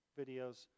videos